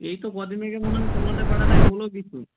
এই তো কদিন আগে মনে হয় তোমাদের পাড়াটায় হলো কিছু